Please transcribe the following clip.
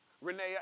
Renee